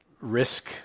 risk